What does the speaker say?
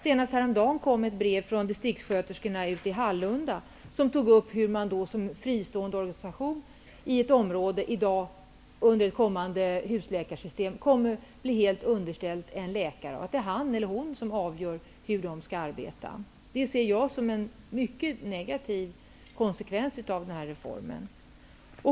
Senast häromdagen kom ett brev från distriktssköterskorna i Hallunda som tog upp hur man som fristående organisation i ett område med husläkarsystemet kommer att bli helt underställd en läkare, och det blir läkaren som skall avgöra hur man skall arbeta. Det anser jag vara en mycket negativ konsekvens av den här reformen.